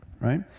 right